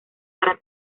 para